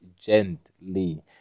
gently